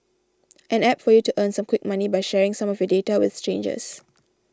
an App for you to earn some quick money by sharing some of your data with strangers